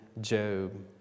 Job